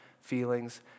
feelings